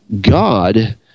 God